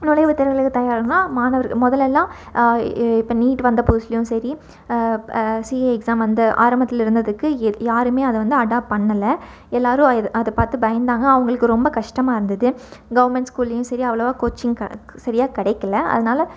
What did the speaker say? நுழைவு தேர்வுகளுக்கு தயாராகணுன்னால் மாணவர்கள் முதல்லலாம் இப்போ நீட் வந்து புதுசுலேயும் சரி சிஏ எக்ஸாம் வந்து ஆரம்பத்திலிருந்து அதுக்கு யாருமே அதைவந்து அடாப் பண்ணலை எல்லாேரும் இதை அதை பார்த்து பயந்தாங்க அவங்களுக்கு ரொம்ப கஷ்டமாக இருந்தது கவுர்மெண்ட் ஸ்கூல்லேயும் சரி அவ்வளவா கோச்சிங் சரியாக கிடைக்கில அதனால்